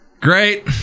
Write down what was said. Great